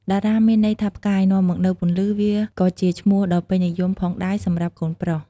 តារា មានន័យថាផ្កាយ នាំមកនូវពន្លឺ វាក៏ជាឈ្មោះដ៏ពេញនិយមផងដែរសម្រាប់កូនប្រុស។